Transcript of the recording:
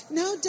no